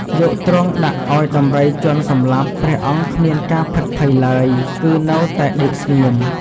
យកទ្រង់ដាក់ឲ្យដំរីជាន់សម្លាប់ ព្រះអង្គគ្មានការភិតភ័យឡើយ គឺនៅតែដេកស្ងៀម។